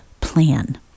plan